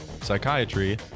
psychiatry